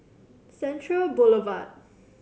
Central Boulevard